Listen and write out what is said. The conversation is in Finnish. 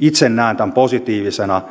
itse näen tämän positiivisena